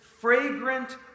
fragrant